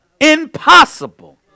Impossible